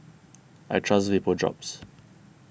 I trust Vapodrops